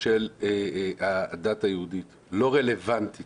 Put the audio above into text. של הדת היהודית לא רלוונטי